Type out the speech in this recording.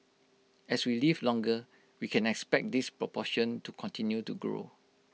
as we live longer we can expect this proportion to continue to grow